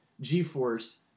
G-Force